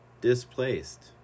displaced